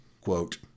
quote